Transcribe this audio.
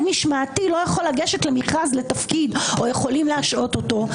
משמעתי לא יכול לגשת למכרז לתפקיד או יכולים להשעות אותו?